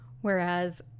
whereas